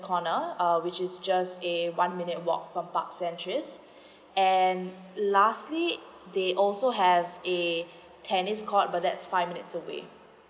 corner uh which is just a one minute walk from park centuries and um lastly they also have a tennis court the that's five minutes away